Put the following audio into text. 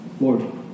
Lord